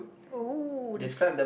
oh this